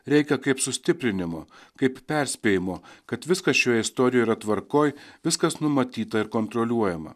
reikia kaip sustiprinimo kaip perspėjimo kad viskas šioje istorijoje yra tvarkoj viskas numatyta ir kontroliuojama